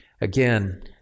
again